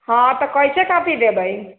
हँ तऽ कैसे कॉपी देबै